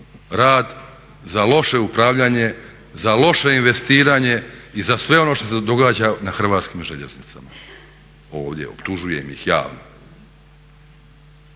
rad, za loše upravljanje, za loše investiranje i za sve ono što se događa na Hrvatskim željeznicama ovdje. Optužujem ih javno.